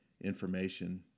information